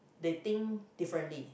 they think differently